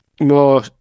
more